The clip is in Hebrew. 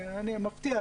מפתיע.